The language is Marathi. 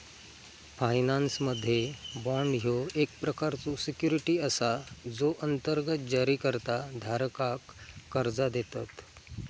फायनान्समध्ये, बाँड ह्यो एक प्रकारचो सिक्युरिटी असा जो अंतर्गत जारीकर्ता धारकाक कर्जा देतत